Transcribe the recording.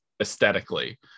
aesthetically